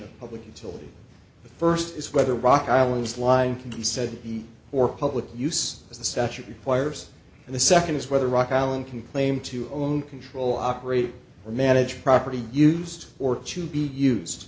of public until the first is whether rock island line can said or public use of the statute requires and the second is whether rock allan can claim to own control operate or manage property used or to be used